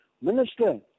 Minister